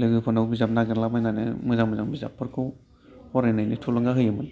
लोगोफोरनाव बिजाब नागिरलाबायनानै मोजां मोजां बिजाबफोरखौ फरायनायनि थुलुंगा होयोमोन